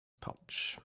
pouch